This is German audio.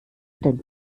dein